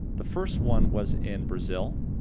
the first one was in brazil,